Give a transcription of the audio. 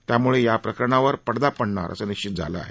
त्यामुळे या प्रकरणावर पडदा पडणार असं निश्चित झालं आहे